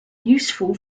useful